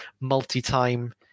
multi-time